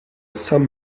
some